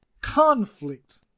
conflict